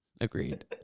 agreed